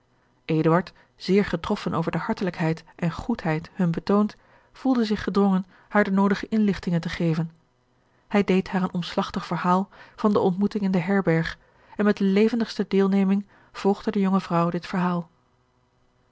zeer getroffen over de hartelijkheid en goedheid hun betoond voelde zich gedrongen haar de noodige inlichtmgen te geven hij deed haar een omslagtig verhaal van de ontmoeting in de herberg en met de levendigste deelneming volgde de jonge vrouw dit verhaal